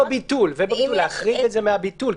להחריג את זה מהביטול,